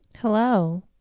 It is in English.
Hello